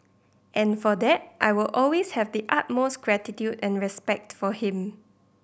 and for that I will always have the utmost gratitude and respect for him